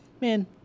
Man